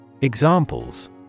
Examples